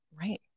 Right